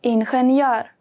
Ingenjör